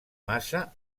massa